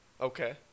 Okay